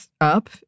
up